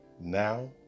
Now